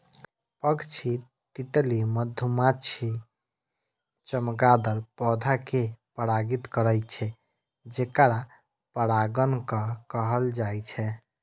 पक्षी, तितली, मधुमाछी, चमगादड़ पौधा कें परागित करै छै, जेकरा परागणक कहल जाइ छै